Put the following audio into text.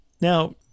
Now